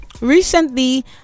recently